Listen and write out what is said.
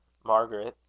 margaret!